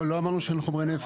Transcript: לא, לא אמרנו שאין חומרי נפץ.